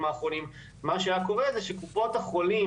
האחרונים מה שהיה קורה זה שקופות החולים,